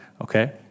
Okay